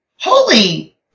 holy